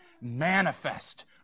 Manifest